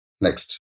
Next